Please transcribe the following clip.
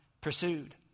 pursued